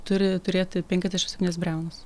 turi turėti penkiasdešimt septynias briaunas